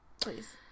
please